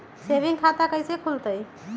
Saving खाता कैसे खुलतई?